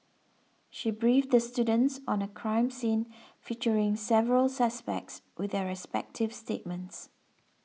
she briefed the students on a crime scene featuring several suspects with their respective statements